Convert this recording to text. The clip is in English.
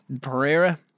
Pereira